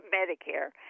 Medicare